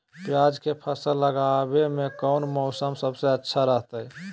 प्याज के फसल लगावे में कौन मौसम सबसे अच्छा रहतय?